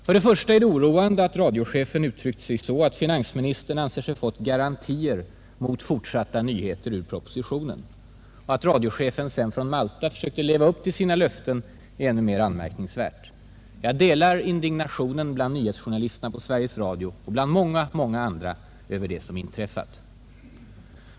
1) Det är oroande att radiochefen uttryckt sig så att finansministern ansett sig ha fått ”garantier” mot fortsatta nyheter ur propositionen. Att radiochefen sedan från Malta försökt leva upp till sina löften är ännu mer anmärkningsvärt. Jag delar indignationen bland journalisterna på Sveriges Radio och bland många andra över det som inträffat.